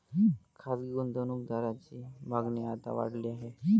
खासगी गुंतवणूक दारांची मागणी आता वाढली आहे